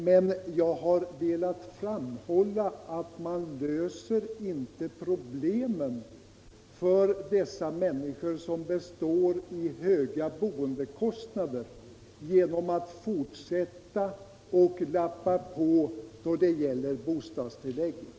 Men jag har velat framhålla att man inte för dessa människor löser de problem som består i höga boendekostnader genom att fortsätta att lappa på då det gäller bostadstilläggen.